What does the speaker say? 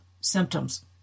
symptoms